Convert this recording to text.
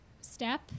step